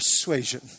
persuasion